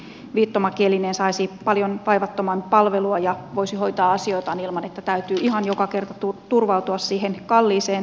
näin viittomakielinen saisi paljon vaivattomammin palvelua ja voisi hoitaa asioitaan ilman että täytyy ihan joka kerta turvautua siihen kalliiseen tulkkipalveluun